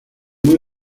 muy